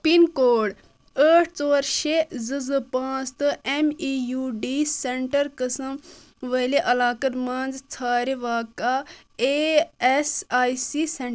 pin code ٲٹھ ژور شےٚ زٕ زٕ پانٛژھ تہٕ M E U D centre قٕسم وٲلۍ علاقن مَنٛز ژھانڈ واقع A S I C centre